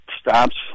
stops